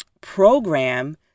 program